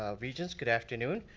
ah regents, good afternoon.